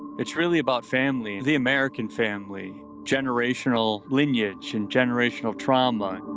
it's really about family, the american family. generational lineage and generational trauma.